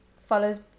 follows